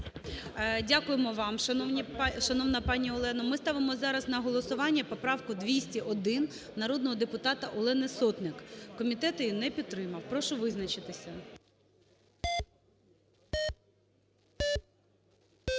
Дякуємо вам, шановна пані Олено. Ми ставимо зараз на голосування поправку 201, народного депутата Олени Сотник. Комітет її не підтримав. Прошу визначитися. 13:07:27 За-54